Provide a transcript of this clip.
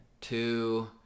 Two